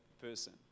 person